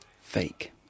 Fake